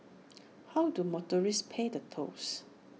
how do motorists pay the tolls